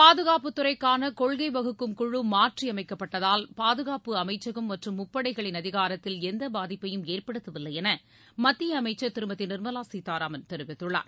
பாதுகாப்புத்துறைக்கான கொள்கை வகுக்கும் குழு மாற்றி அமைக்கப்பட்டதால் பாதுகாப்பு அமைச்சகம் மற்றும் முப்படைகளின் அதிகாரத்தில் எந்த பாதிப்பையும் ஏற்படுத்தவில்லை என மத்திய அமைச்சர் திருமதி நிர்மலா சீதாராமன் தெரிவித்துள்ளார்